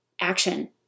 action